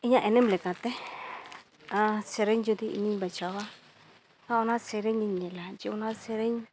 ᱤᱧᱟᱹᱜ ᱮᱱᱮᱢ ᱞᱮᱠᱟᱛᱮ ᱥᱮᱨᱮᱧ ᱡᱩᱫᱤ ᱤᱧᱤᱧ ᱵᱟᱡᱟᱣᱟ ᱚᱱᱟ ᱥᱮᱨᱮᱧᱤᱧ ᱧᱮᱞᱟ ᱡᱮ ᱚᱱᱟ ᱥᱮᱨᱮᱧ